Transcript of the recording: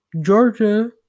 Georgia